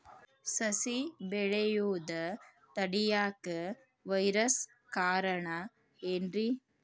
ಸಸಿ ಬೆಳೆಯುದ ತಡಿಯಾಕ ವೈರಸ್ ಕಾರಣ ಏನ್ರಿ?